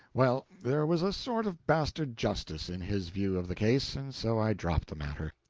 well, there was a sort of bastard justice in his view of the case, and so i dropped the matter.